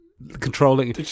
Controlling